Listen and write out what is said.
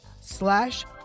slash